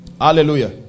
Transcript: Hallelujah